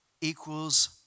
equals